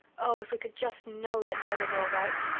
oh, if we could just know that jem is all right!